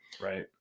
Right